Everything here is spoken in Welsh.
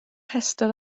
rhestr